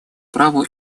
праву